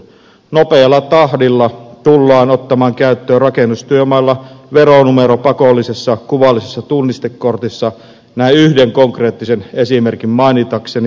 nopealla tahdilla tullaan ottamaan käyttöön rakennustyömailla veronumero pakollisessa kuvallisessa tunnistekortissa näin yhden konkreettisen esimerkin mainitakseni